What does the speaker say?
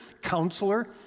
counselor